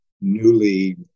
newly